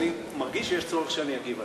אני מרגיש שיש צורך שאני אגיב עליהם.